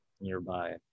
nearby